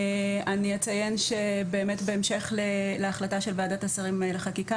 אני אציין שבאמת בהמשך להחלטה של ועדת השרים לחקיקה